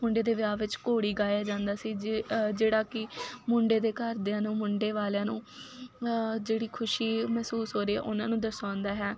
ਮੁੰਡੇ ਦੇ ਵਿਆਹ ਵਿੱਚ ਘੋੜੀ ਗਾਇਆ ਜਾਂਦਾ ਸੀ ਜੇ ਜਿਹੜਾ ਕਿ ਮੁੰਡੇ ਦੇ ਘਰਦਿਆਂ ਨੂੰ ਮੁੰਡੇ ਵਾਲਿਆਂ ਨੂੰ ਜਿਹੜੀ ਖੁਸ਼ੀ ਮਹਿਸੂਸ ਹੋ ਰਹੀ ਆ ਉਹਨਾਂ ਨੂੰ ਦਰਸਾਉਂਦਾ ਹੈ